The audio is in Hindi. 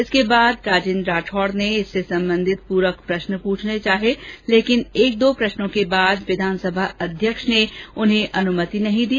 इसके बाद राजेंद्र राठौड़ ने इससे संबंधित प्रक प्रश्न प्रछने चाहे लेकिन एक दो प्रष्नों के बाद विधानसभा अध्यक्ष ने उन्हें अनुमति नहीं दी